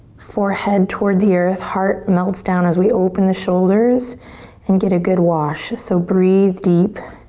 forehead toward the earth. heart melts down as we open the shoulders and get a good wash. so breathe deep.